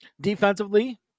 Defensively